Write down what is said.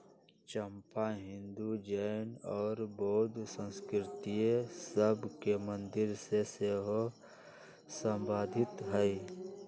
चंपा हिंदू, जैन और बौद्ध संस्कृतिय सभ के मंदिर से सेहो सम्बन्धित हइ